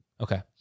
Okay